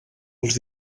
els